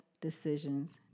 decisions